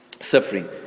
suffering